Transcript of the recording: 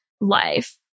life